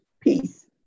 peace